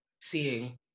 seeing